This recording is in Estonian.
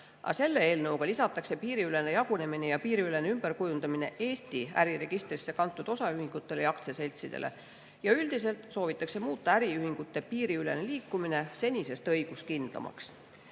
selle eelnõuga lisatakse piiriülene jagunemine ja piiriülene ümberkujundamine Eesti äriregistrisse kantud osaühingutele ja aktsiaseltsidele. Ja üldiselt soovitakse muuta äriühingute piiriülene liikumine senisest õiguskindlamaks. Esimese